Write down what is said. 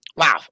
wow